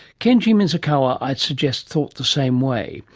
kenji miyazawa, i'd suggest, thought the same way.